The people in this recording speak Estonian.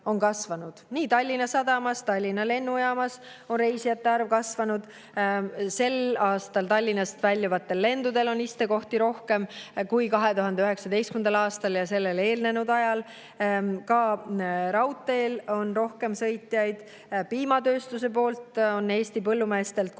Nii Tallinna Sadamas kui ka Tallinna Lennujaamas on reisijate arv kasvanud. Sel aastal on Tallinnast väljuvatel lendudel istekohti rohkem kui 2019. aastal ja sellele eelnenud ajal. Ka raudteel on rohkem sõitjaid. Piimatööstuse poolt Eesti põllumeestelt kokku